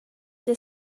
the